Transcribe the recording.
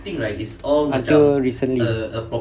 until recently